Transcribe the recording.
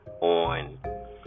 on